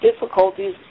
difficulties